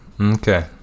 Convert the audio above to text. Okay